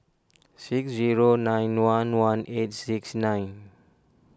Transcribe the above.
six zero nine one one eight six nine